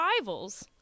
rivals